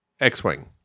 X-Wing